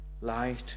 light